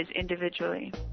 individually